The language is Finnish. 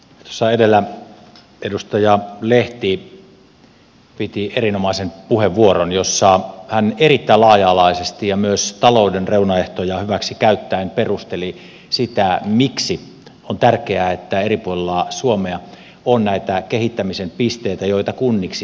tuossa edellä edustaja lehti piti erinomaisen puheenvuoron jossa hän erittäin laaja alaisesti ja myös talouden reunaehtoja hyväksi käyttäen perusteli sitä miksi on tärkeää että eri puolilla suomea on näitä kehittämisen pisteitä joita kunniksi sanotaan